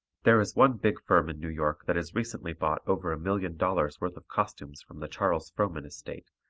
there is one big firm in new york that has recently bought over a million dollars' worth of costumes from the charles frohman estate,